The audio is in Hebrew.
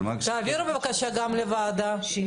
תעבירו בבקשה גם לוועדה.